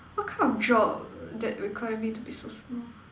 what kind of job that require me to be so small